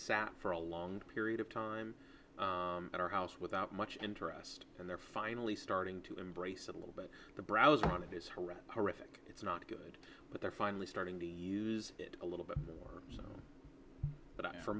sat for a long period of time in our house without much interest and they're finally starting to embrace it a little bit the browser on it is forever horrific it's not good but they're finally starting to use it a little bit more but i for